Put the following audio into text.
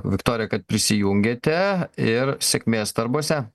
viktorija kad prisijungėte ir sėkmės darbuose